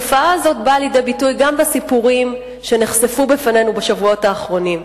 היא באה לידי ביטוי גם בסיפורים שנחשפו בפנינו בשבועות האחרונים.